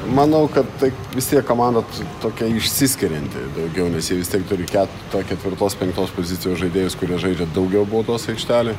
manau kad tai vis tiek komanda tokia išsiskirianti daugiau nes jie vis tiek turi ke to ketvirtos penktos pozicijos žaidėjus kurie žaidžia daugiau baudos aikštelėj